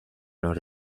non